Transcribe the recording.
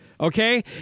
Okay